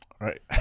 right